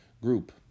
group